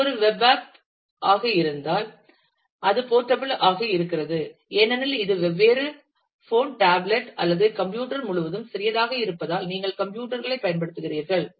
இது ஒரு web app app ஆக இருந்தால் அது போர்ட்டபிள் ஆக இருக்கிறது ஏனெனில் இது வெவ்வேறு போன் டேப்லெட் அல்லது கம்ப்யூட்டர் முழுவதும் சிறியதாக இருப்பதால் நீங்கள் கம்ப்யூட்டர் களைப் பயன்படுத்துகிறீர்கள்